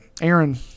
Aaron